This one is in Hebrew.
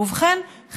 ובכן,